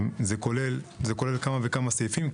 זה כולל כמה סעיפים.